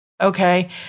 Okay